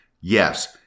Yes